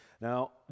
Now